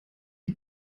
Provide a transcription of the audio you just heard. die